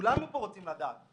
כולנו פה רוצים לדעת.